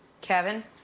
Kevin